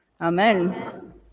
Amen